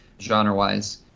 genre-wise